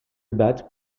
battent